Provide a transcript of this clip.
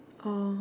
oh